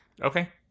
okay